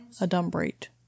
adumbrate